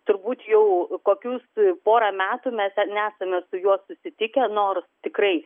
turbūt jau kokius porą metų mes nesame su juo susitikę nors tikrai